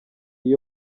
iri